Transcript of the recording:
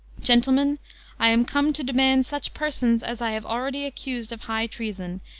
gentlemen i am come to demand such persons as i have already accused of high treason,